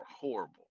horrible